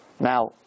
Now